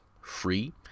free